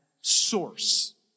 source